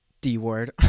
D-word